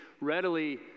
readily